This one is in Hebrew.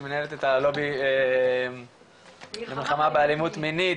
שהיא מנהלת את הלובי למלחמה באלימות מינית